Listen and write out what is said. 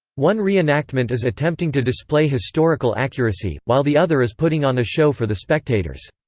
one reenactment is attempting to display historical accuracy, while the other is putting on a show for the spectators.